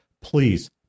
please